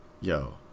Yo